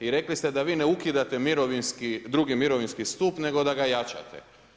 I rekli ste da vi ne ukidate drugi mirovinski stup nego da ga jačate.